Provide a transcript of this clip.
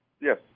Yes